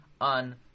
On